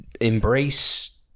embrace